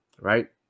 right